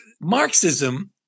Marxism